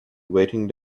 waiting